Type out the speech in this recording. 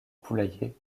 poulailler